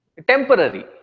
Temporary